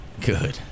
Good